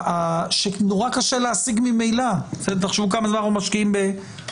שנורא קשה להשיג ממילא תחשבו כמה זמן אתם